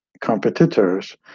competitors